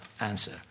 answer